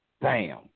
Bam